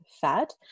fat